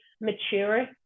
mature